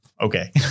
okay